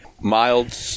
Mild